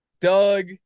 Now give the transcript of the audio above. Doug